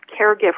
caregiver